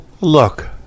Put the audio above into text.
look